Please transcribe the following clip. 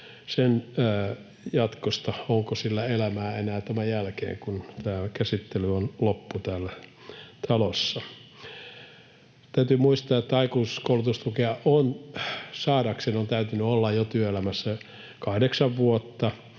sen jatkosta, onko sillä elämää enää tämän jälkeen, kun tämä käsittely on loppu täällä talossa. Täytyy muistaa, että aikuiskoulutustukea saadakseen on täytynyt olla jo työelämässä kahdeksan vuotta,